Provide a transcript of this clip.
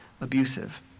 abusive